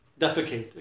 defecate